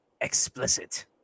Explicit